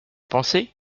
pensées